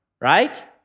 right